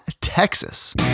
Texas